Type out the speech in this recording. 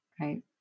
Right